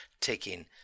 taking